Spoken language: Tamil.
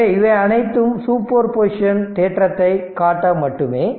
எனவே இவை அனைத்தும் சூப்பர் பொசிஷன் தேற்றத்தைக் காட்ட மட்டுமே